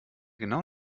genau